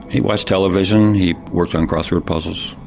he watched television, he worked on crossword puzzles,